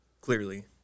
Clearly